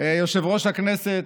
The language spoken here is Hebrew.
יושב-ראש הכנסת,